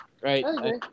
right